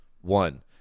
One